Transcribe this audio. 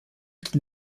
qu’il